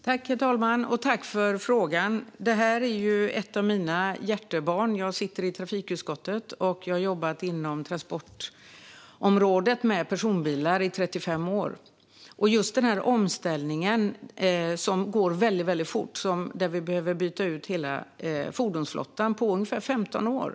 Herr talman! Jag tackar för frågan. Detta är ett av mina hjärtebarn. Jag sitter i trafikutskottet, och jag har jobbat inom transportområdet med personbilar i 35 år. Just denna omställning går väldigt fort - vi behöver byta ut hela fordonsflottan på ungefär 15 år.